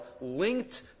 linked